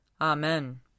Amen